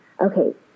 okay